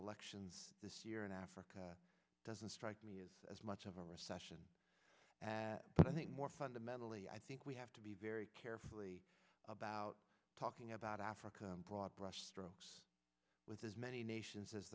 elections this year in africa doesn't strike me as as much of a recession but i think more fundamentally i think we have to be very carefully about talking about africa broad brushstrokes with as many nations as